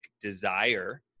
desire